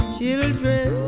Children